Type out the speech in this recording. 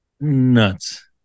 nuts